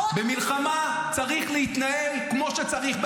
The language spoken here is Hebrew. במלחמה צריך להתנהל כמו שצריך,